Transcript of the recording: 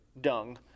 Dung